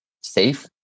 safe